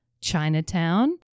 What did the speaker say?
Chinatown